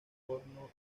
porno